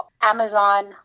Amazon